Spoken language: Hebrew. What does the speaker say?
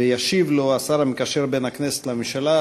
ישיב לו השר המקשר בין הכנסת לממשלה,